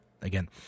Again